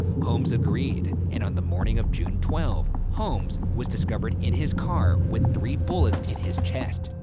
holmes agreed and on the morning of june twelve, holmes was discovered in his car with three bullets in his chest,